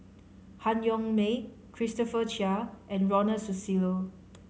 Han Yong May Christopher Chia and Ronald Susilo